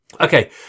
okay